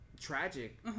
tragic